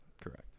correct